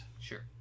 Sure